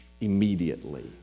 immediately